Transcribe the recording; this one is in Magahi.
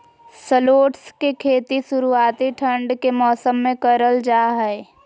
शलोट्स के खेती शुरुआती ठंड के मौसम मे करल जा हय